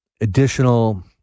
additional